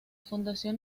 fundación